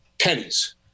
pennies